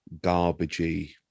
garbagey